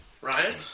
Ryan